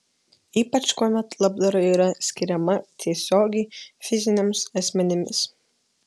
ypač kuomet labdara yra skiriama tiesiogiai fiziniams asmenims